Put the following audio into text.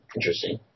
Interesting